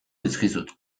dizkizut